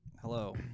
Hello